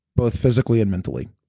both physically and mentally.